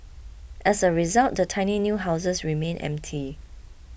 as a result the tiny new houses remained empty